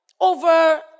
over